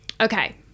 Okay